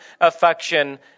affection